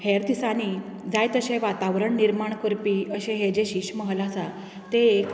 हेर दिसांनी जाय तशें वातावरण निर्माण करपी अशेंं हे जे शिश महाल आसा तें एक